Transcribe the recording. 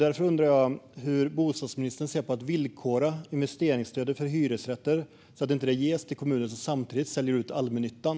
Därför undrar jag hur bostadsministern ser på att villkora investeringsstödet för hyresrätter så att det inte ges till kommuner som samtidigt säljer ut allmännyttan.